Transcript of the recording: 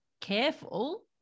careful